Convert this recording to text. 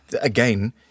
again